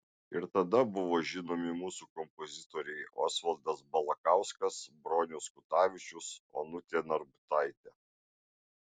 ir tada buvo žinomi mūsų kompozitoriai osvaldas balakauskas bronius kutavičius onutė narbutaitė